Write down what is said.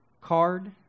card